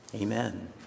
Amen